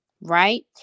right